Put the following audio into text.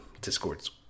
Discord's